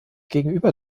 gegenüber